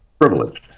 privileged